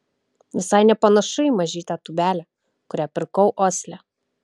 visai nepanašu į mažytę tūbelę kurią pirkau osle